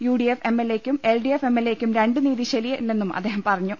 U D F M L എയ്ക്കും L D F M L എക്കും രണ്ട് നീതി ശരിയല്ലെന്നും അദ്ദേഹം പറഞ്ഞു